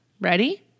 Ready